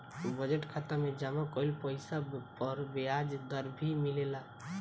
budget खाता में जमा कइल पइसा पर ब्याज दर भी मिलेला